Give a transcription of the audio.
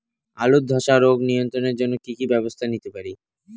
আলুর ধ্বসা রোগ নিয়ন্ত্রণের জন্য কি কি ব্যবস্থা নিতে পারি?